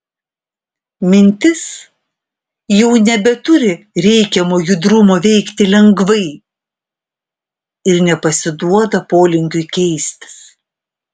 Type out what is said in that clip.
mintis jau nebeturi reikiamo judrumo veikti lengvai ir nepasiduoda polinkiui keistis